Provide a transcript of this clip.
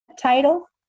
title